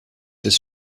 des